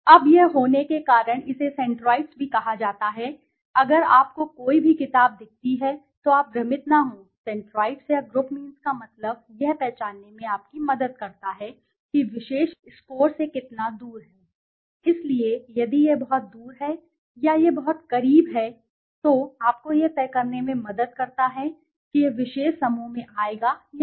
अब यह होने के कारण इसे सेंट्रोइड्स भी कहा जाता है अगर आपको कोई भी किताब दिखती है तो आप भ्रमित न हों सेंट्रोइड्स या ग्रुप मीन्स का मतलब यह पहचानने में आपकी मदद करता है कि विशेष स्कोर से कितना दूर है इसलिए यदि यह बहुत दूर है या यह बहुत करीब है तो आपको यह तय करने में मदद करता है कि यह विशेष समूह में आएगा या नहीं